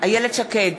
איילת שקד,